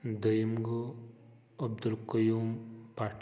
دٔیِم گوٚو عبدالقیوٗم بٹ